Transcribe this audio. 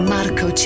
Marco